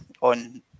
on